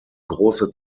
große